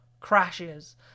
crashes